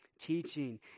Teaching